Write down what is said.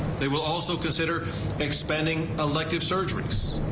they will also consider expending elective surgeries.